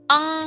Ang